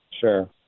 Sure